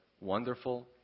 Wonderful